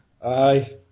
Aye